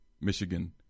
Michigan